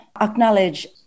acknowledge